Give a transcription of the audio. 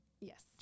yes